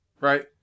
right